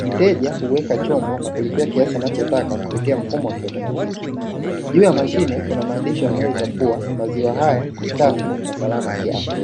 Mteja huweka chombo na kulipia kiasi anachotaka kupitia mfumo wa kiautomatiki. Juu ya mashine kuna maandishi yameeleza kuwa maziwa haya ni safi na salama kiafya.